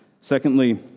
Secondly